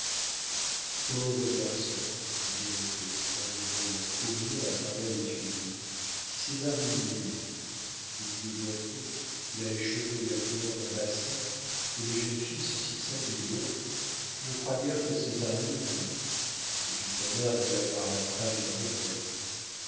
pauvre garçon dit birotteau en le voyant courir à travers les tuileries si césarine l'aimait mais il est boiteux il a les cheveux de la couleur d'un bassin et les jeunes filles sont si singulières je ne crois guère que césarine et puis sa mère veut la voir la femme d'un